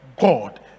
God